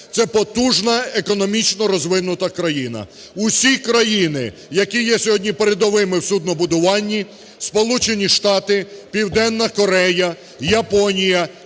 це потужна економічно розвинута країна. Всі країни, які є сьогодні передовими в суднобудуванні: Сполучені Штати, Південна Корея, Японія,